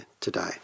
today